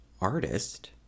artist